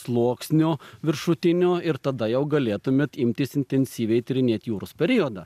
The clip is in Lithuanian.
sluoksnio viršutinio ir tada jau galėtumėt imtis intensyviai tyrinėt juros periodą